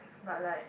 but like